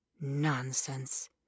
Nonsense